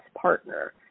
partner